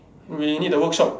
we need the workshop